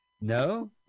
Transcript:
No